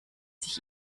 sich